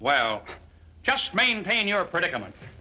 l just maintain your predicament